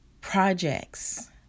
projects